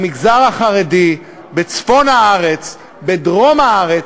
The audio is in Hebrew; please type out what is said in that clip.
במגזר החרדי, בצפון הארץ, בדרום הארץ,